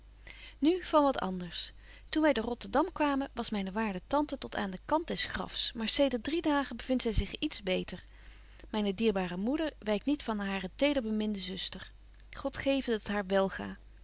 nu van wat anders toen wy te rotterdam kwamen was myne waarde tante tot aan den kant des grafs maar zedert drie dagen bevindt betje wolff en aagje deken historie van mejuffrouw sara burgerhart zy zich iets beter myne dierbare moeder wykt niet van hare tederbeminde zuster god geve dat het haar wel